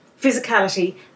physicality